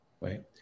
right